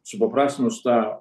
supaprastinus tą